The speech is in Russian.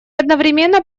одновременно